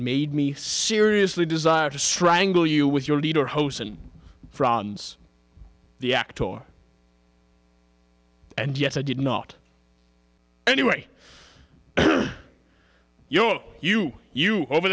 made me seriously desire to strangle you with your leader hose and franz the act or and yes i did not anyway you're you you over